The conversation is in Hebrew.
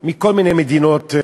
מכל מיני מדינות,